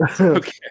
Okay